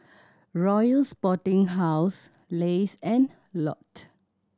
Royal Sporting House Lays and Lotte